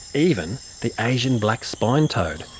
even the asian black spined toad,